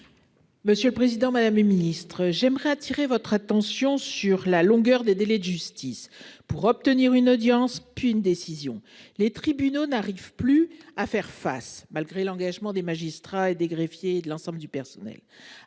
Monsieur le président, madame ministre, j'aimerais attirer votre attention sur la longueur des délais de justice pour obtenir une audience puis une décision. Les tribunaux n'arrive plus à faire face malgré l'engagement des magistrats et des greffiers de l'ensemble du personnel